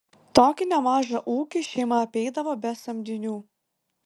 tokį nemažą ūkį šeima apeidavo be samdinių